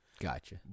Gotcha